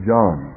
John